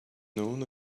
known